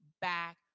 back